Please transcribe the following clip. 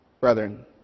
brethren